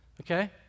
okay